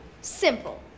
Simple